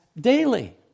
daily